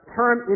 term